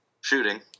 shooting